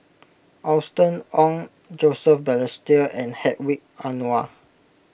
Austen Ong Joseph Balestier and Hedwig Anuar